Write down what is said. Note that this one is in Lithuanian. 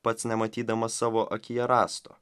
pats nematydamas savo akyje rąsto